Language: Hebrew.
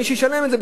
מי שישלם את זה,